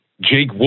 Jake